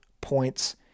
points